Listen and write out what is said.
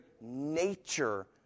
nature